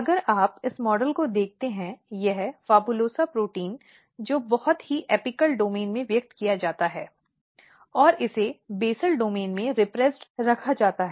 अगर आप इस मॉडल को देखते हैं यह PHABULOSA प्रोटीन जो बहुत ही एपिकल डोमेन में व्यक्त किया जाता है और इसे बेसल डोमेन में दमित रखा जाता है